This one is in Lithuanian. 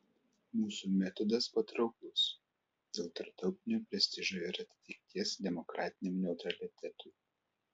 mūsų metodas patrauklus dėl tarptautinio prestižo ir atitikties demokratiniam neutralitetui